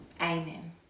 Amen